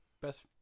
best